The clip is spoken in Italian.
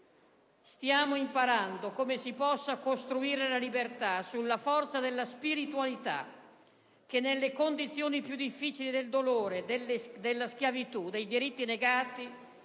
Stiamo imparando come si possa costruire la libertà sulla forza della spiritualità che, nelle condizioni più difficili del dolore, della schiavitù e dei diritti negati